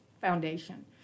foundation